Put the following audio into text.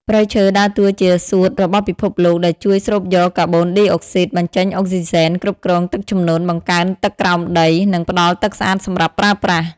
ព្រៃឈើដើរតួជាសួតរបស់ពិភពលោក ដែលជួយស្រូបយកកាបូនឌីអុកស៊ីត បញ្ចេញអុកស៊ីសែន គ្រប់គ្រងទឹកជំនន់ បង្កើនទឹកក្រោមដី និងផ្តល់ទឹកស្អាតសម្រាប់ប្រើប្រាស់។